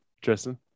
Tristan